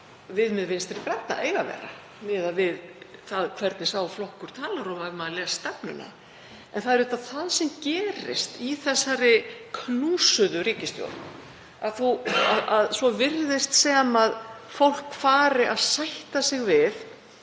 viðmið Vinstri grænna eiga að vera, miðað við það hvernig sá flokkur talar og ef maður les stefnuna. En það er auðvitað það sem gerist í þessari knúsuðu ríkisstjórn. Það virðist sem fólk fari að sætta sig við